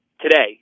today